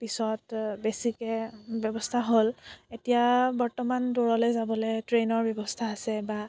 পিছত বেছিকৈ ব্যৱস্থা হ'ল এতিয়া বৰ্তমান দূৰলৈ যাবলৈ ট্ৰেইনৰ ব্যৱস্থা আছে